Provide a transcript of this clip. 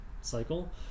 cycle